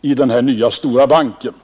i den här nya stora banken.